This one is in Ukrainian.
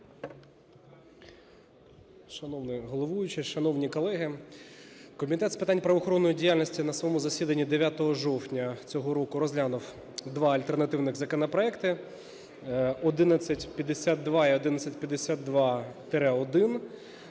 Шановний головуючий, шановні колеги! Комітет з питань правоохоронної діяльності на своєму засіданні 9 жовтня цього року розглянув два альтернативних законопроекти: 1152 і 1152-1.